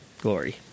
Glory